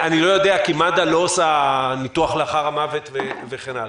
אני לא יודע כי מד"א לא עושה ניתוח לאחר המוות וכן הלאה.